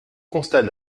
constat